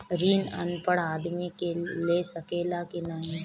ऋण अनपढ़ आदमी ले सके ला की नाहीं?